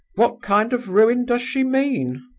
what kind of ruin does she mean